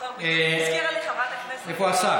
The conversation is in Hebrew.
איפה השר?